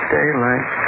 Daylight